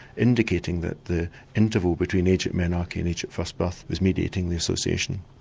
indicating that the interval between age at menarche and age at first birth is mediating the association.